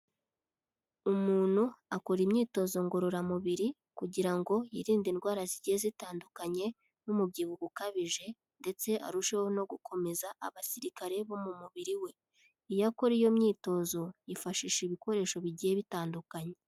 Umuntu akora imyitozo ngororamubiri kugira ngo yirinde indwara zigiye zitandukanye n'umubyibuho ukabije, ndetse arusheho no gukomeza abasirikare bo mu mubiri we, iyo akora iyo myitozo yifashisha ibikoresho bigiye bitandukanye.